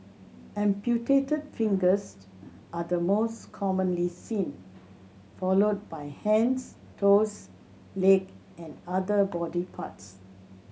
amputated fingers are the most commonly seen followed by hand toes leg and other body parts